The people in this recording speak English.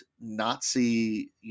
Nazi